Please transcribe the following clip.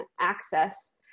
access